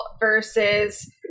versus